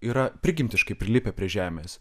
yra prigimtiškai prilipę prie žemės